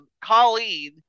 Colleen